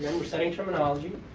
we're setting terminology.